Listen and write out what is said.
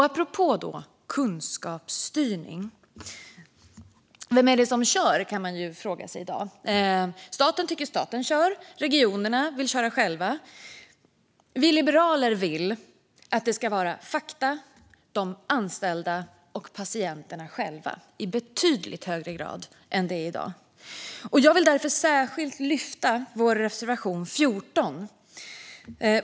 Apropå kunskapsstyrning kan man fråga sig vem det är som kör. Staten tycker att staten kör, regionerna vill köra själva men vi liberaler vill att det ska vara fakta, de anställda och patienterna själva som ska styra, i betydligt högre grad än i dag. Jag vill särskilt lyfta fram vår reservation 14.